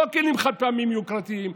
לא כלים חד-פעמיים יוקרתיים,